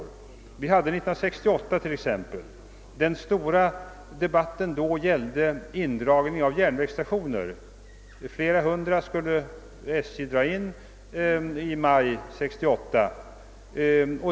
Den stora debatten år 1968 till exempel gällde indragning av flera hundra järnvägsstationer i maj 1968.